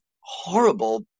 horrible